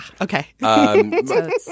okay